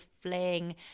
fling